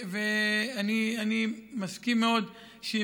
אני מסכים מאוד,